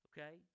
Okay